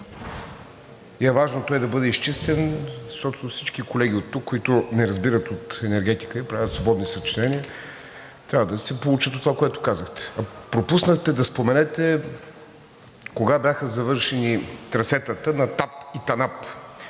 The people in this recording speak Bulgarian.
Важното е да бъде изчистен, защото всичките колеги, които не разбират от енергетика – правят свободни съчинения, трябва да се поучат от това, което казахте. Пропуснахте да споменете кога бяха завършени трасетата на ТАП и ТАНАП.